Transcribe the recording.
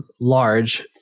large